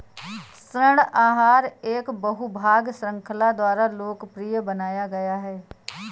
ऋण आहार एक बहु भाग श्रृंखला द्वारा लोकप्रिय बनाया गया था